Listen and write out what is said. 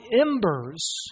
embers